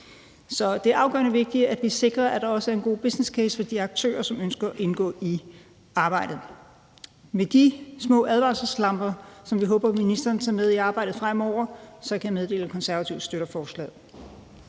Så det er afgørende vigtigt, at vi sikrer, at der også er en god businesscase for de aktører, som ønsker at indgå i arbejdet. Med de små advarselslamper, som vi håber ministeren vil tage med i arbejdet fremover, kan jeg meddele, at Konservative støtter forslaget.